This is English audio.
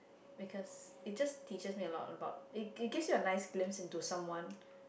because it just teaches me a lot about it it gives you a nice glance into someone